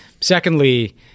Secondly